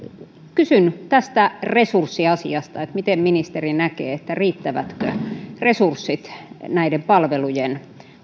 kysyn tästä resurssiasiasta miten ministeri näkee riittävätkö resurssit näiden palvelujen